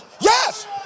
yes